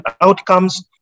outcomes